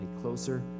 closer